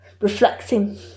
reflecting